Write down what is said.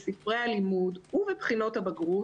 בספרי הלימוד ובבחינות הבגרות.